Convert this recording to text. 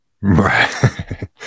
Right